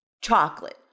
chocolate